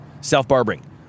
Self-barbering